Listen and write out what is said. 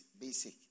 basic